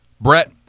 Brett